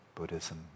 Buddhism